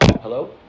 Hello